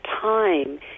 time